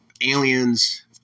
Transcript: aliens